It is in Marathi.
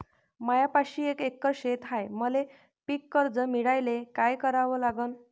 मायापाशी एक एकर शेत हाये, मले पीककर्ज मिळायले काय करावं लागन?